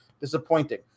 disappointing